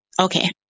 Okay